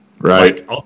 Right